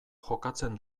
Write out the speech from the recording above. jokatzen